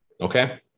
Okay